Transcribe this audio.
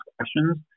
questions